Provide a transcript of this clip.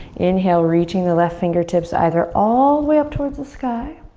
inhale, reaching the left fingertips either all the way up towards the sky